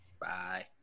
Bye